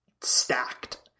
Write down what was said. stacked